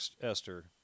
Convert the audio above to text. Esther